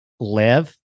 live